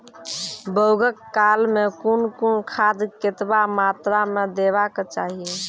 बौगक काल मे कून कून खाद केतबा मात्राम देबाक चाही?